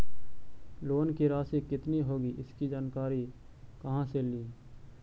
Loan की रासि कितनी होगी इसकी जानकारी कहा से ली?